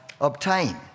obtain